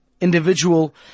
individual